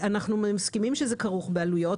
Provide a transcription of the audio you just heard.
אנחנו מסכימים שזה כרוך בעלויות,